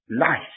life